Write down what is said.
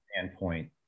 standpoint